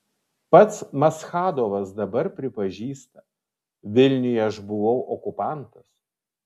pats maschadovas dabar pripažįsta vilniuje aš buvau okupantas